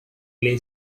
lay